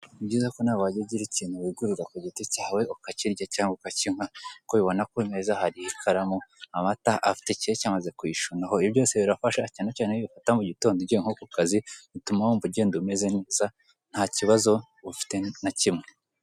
Ni byiza ko nawe wajya wigurira ikintu ku giti cyawe ukarya cyangwa ukakinywa, nk'uko ubibona ku meza hari ikaramu, amata, afite cake yamaze kuyishunaho ibyo byise birafasha cyane cyane iyo ubifata mu gitondo ugiye nko ku kazi bituma wumva ugenda umeze neza nta kibazo ufite na kimwe.